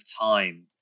time